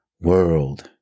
world